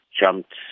jumped